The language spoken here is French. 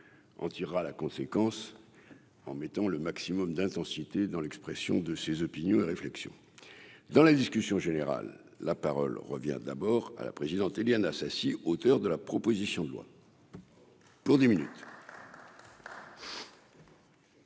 en tirera la conséquences en mettant le maximum d'intensité dans l'expression de ses opinions et réflexion dans la discussion générale, la parole revient d'abord à la présidente : Éliane Assassi, auteur de la proposition de loi. Pour dix minutes.